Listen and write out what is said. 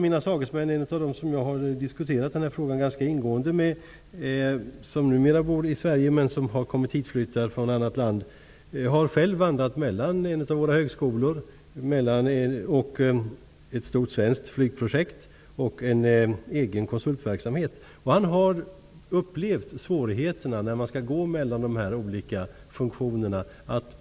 En av dem som jag har diskuterat denna fråga ganska ingående med bor numera i Sverige men har flyttat hit från ett annat land. Han har själv vandrat mellan en av våra högskolor, ett stort svenskt flygprojekt och en egen konsultverksamhet. Han har upplevt svårigheterna med att gå mellan dessa olika funktioner.